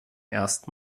erst